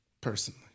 Personally